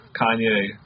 Kanye